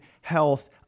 health